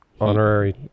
Honorary